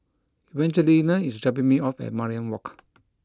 Evangelina is dropping me off at Mariam Walk